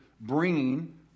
bringing